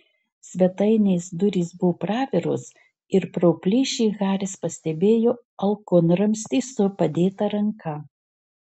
svetainės durys buvo praviros ir pro plyšį haris pastebėjo alkūnramstį su padėta ranka